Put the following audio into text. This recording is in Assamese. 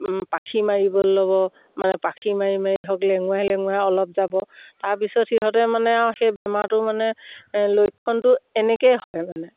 পাখি মাৰিব ল'ব মানে পাখি মাৰি মাৰি ধৰক লেঙুৰাই লেঙুৰাই অলপ যাব তাৰপিছত সিহঁতে মানে আৰু সেই বেমাৰটো মানে লক্ষণটো এনেকেই হয় মানে